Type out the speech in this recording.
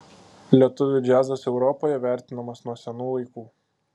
lietuvių džiazas europoje vertinamas nuo senų laikų